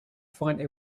find